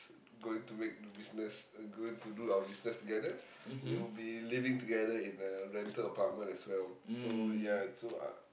going to make new business going to do our business together we'll be living together in a rental apartment as well so ya so uh